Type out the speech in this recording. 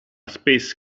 space